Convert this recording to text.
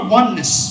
oneness